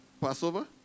Passover